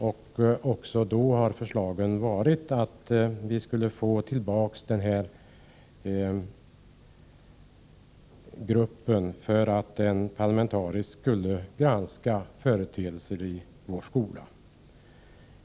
Men också då har förslaget varit att vi skulle få tillbaka denna parlamentariska grupp för att granska olika företeelser i vår skola.